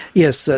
yes, so